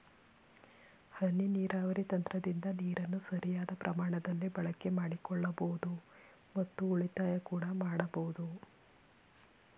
ಹನಿ ನೀರಾವರಿ ತಂತ್ರದಿಂದ ನೀರನ್ನು ಸರಿಯಾದ ಪ್ರಮಾಣದಲ್ಲಿ ಬಳಕೆ ಮಾಡಿಕೊಳ್ಳಬೋದು ಮತ್ತು ಉಳಿತಾಯ ಕೂಡ ಮಾಡಬೋದು